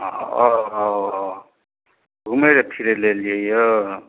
हाँ अऽ घुमय लए फिरय लए अयलियै यऽ